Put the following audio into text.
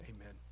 Amen